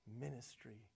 ministry